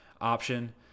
option